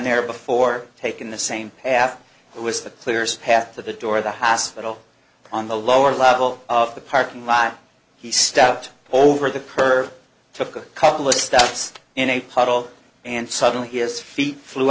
there before taking the same path it was the clearest path to the door of the hospital on the lower level of the parking lot he stepped over the curve took a couple of steps in a puddle and suddenly he has feet flew